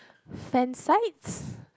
sand sights